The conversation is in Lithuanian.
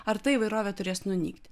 ar ta įvairovė turės nunykti